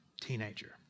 teenager